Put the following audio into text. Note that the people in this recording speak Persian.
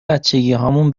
بچگیهامون